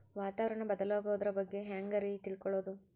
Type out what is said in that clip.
ವಾತಾವರಣ ಬದಲಾಗೊದ್ರ ಬಗ್ಗೆ ಹ್ಯಾಂಗ್ ರೇ ತಿಳ್ಕೊಳೋದು?